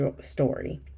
story